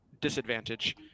disadvantage